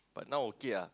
but now okay ah